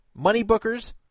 Moneybookers